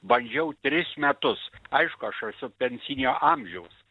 bandžiau tris metus aišku aš esu pensinio amžiaus